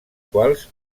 quals